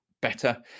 better